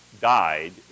died